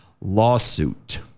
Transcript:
lawsuit